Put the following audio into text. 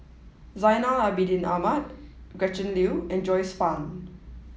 Zainal Abidin Ahmad Gretchen Liu and Joyce Fan